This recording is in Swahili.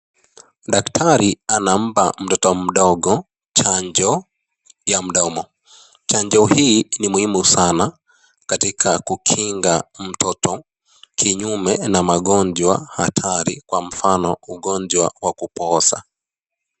Daktari anampa mtoto mdogo chanjo ya mdomo. Chanjo hii ni muhimu sana katika kukinga mtoto kinyume na magonjwa hatari kwa mfano, ugonjwa wa kupooza.